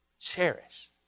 cherish